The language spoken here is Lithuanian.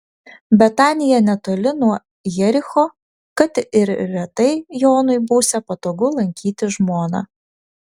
betanija netoli nuo jericho kad ir retai jonui būsią patogu lankyti žmoną